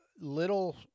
little